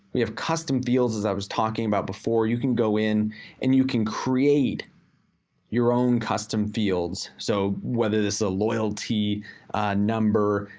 we have custom fields as i was talking about before. you can go in and you can create your own custom fields so whether it's a loyalty number,